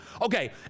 Okay